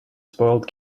spoiled